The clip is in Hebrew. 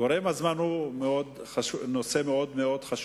גורם הזמן הוא נושא מאוד-מאוד חשוב,